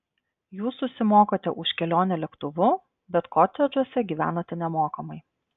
jūs susimokate už kelionę lėktuvu bet kotedžuose gyvenate nemokamai